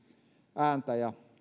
ääntä ja